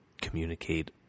communicate